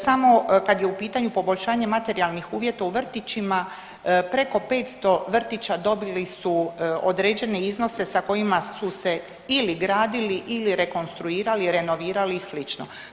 Samo kad je u pitanju poboljšanje materijalnih uvjeta u vrtićima preko 500 vrtića dobili su određene iznose sa kojima su se ili gradili ili rekonstruirali i renovirali i slično.